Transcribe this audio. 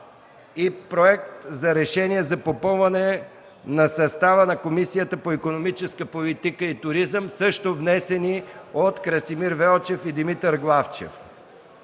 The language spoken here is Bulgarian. - Проект за решение за попълване на състава на Комисията по икономическа политика и туризъм, също внесени от Красимир Велчев и Димитър Главчев;